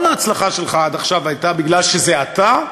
כל הצלחה שלך עד עכשיו הייתה כי זה אתה,